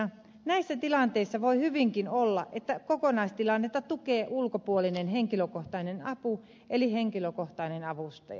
näissä tilanteissa voi hyvinkin olla että kokonaistilannetta tukee ulkopuolinen henkilökohtainen apu eli henkilökohtainen avustaja